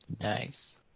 Nice